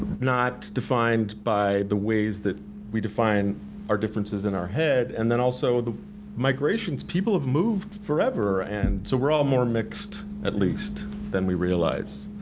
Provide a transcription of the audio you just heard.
not defined by the ways that we define our differences in our head, and then also the migrations, people have moved forever, and so we're all more mixed at least than we realize.